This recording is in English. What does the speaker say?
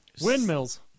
Windmills